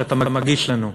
שאתה מגיש לנו,